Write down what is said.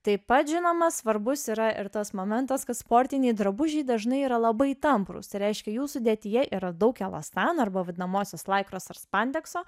taip pat žinoma svarbus yra ir tas momentas kad sportiniai drabužiai dažnai yra labai tamprūs tai reiškia jų sudėtyje yra daug elastano arba vadinamosios laikros ar spandekso